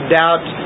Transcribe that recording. doubt